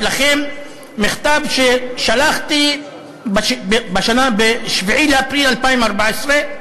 אני רוצה להקריא לך ולכם מכתב ששלחתי ב-7 באפריל 2014,